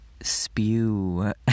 spew